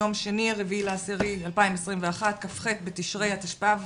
יום שני, 4.10.2021, כ"ח בתשרי התשפ"ב.